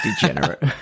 degenerate